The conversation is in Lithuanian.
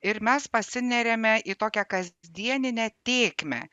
ir mes pasineriame į tokią kasdieninę tėkmę